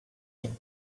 him